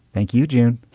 thank you. june